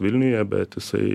vilniuje bet jisai